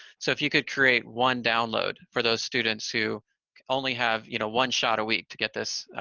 so if you could create one download for those students who only have you know one shot a week to get this